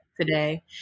today